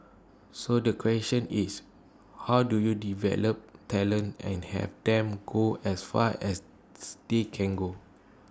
so the question is how do you develop talent and have them go as far as they can go